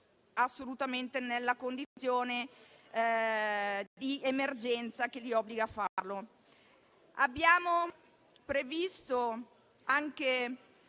assolutamente nella condizione di emergenza che li obbliga a farlo. Abbiamo previsto anche